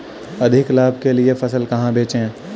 अधिक लाभ के लिए फसल कहाँ बेचें?